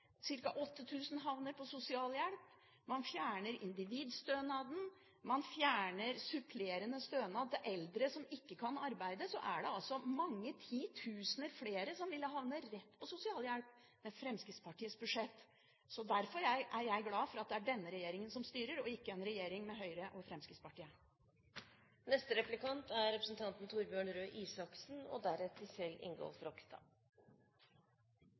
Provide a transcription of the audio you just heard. havner på sosialhjelp, man fjerner individstønaden, man fjerner supplerende stønad til eldre som ikke kan arbeide, ville altså mange titusener flere havne rett på sosialhjelp med Fremskrittspartiets budsjett. Derfor er jeg glad for at det er denne regjeringen som styrer, og ikke en regjering med Høyre og Fremskrittspartiet. I Danmark har man fått en debatt de siste dagene om hvorvidt det lønner seg å jobbe. Det er